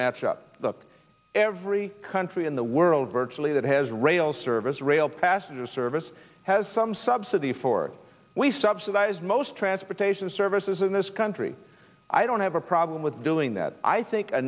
match up every country in the world virtually that has rail service rail passenger service has some subsidy for we subsidize most transportation services in this country i don't have a problem with doing that i think a